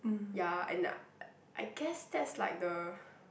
ya and uh I guess that's like the